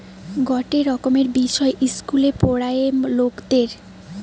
গটে রকমের বিষয় ইস্কুলে পোড়ায়ে লকদের